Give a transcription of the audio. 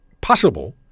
possible